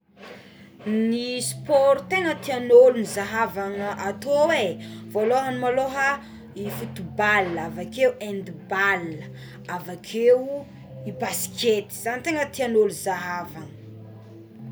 Ny sport tegna tiagn'olo zahavana atô alohaé voalohany maloha ny fotobala avakeo hendy bale avakeo ny baskety zagny tegna tiagny olo zahavana.